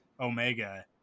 Omega